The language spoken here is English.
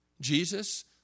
Jesus